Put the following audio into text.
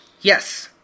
Yes